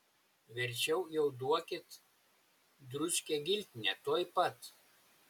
verčiau jau duokit dručkę giltinę tuoj pat